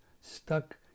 stuck